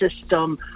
system